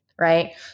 right